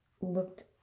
looked